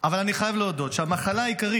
אבל אני חייב להודות שהמחלה העיקרית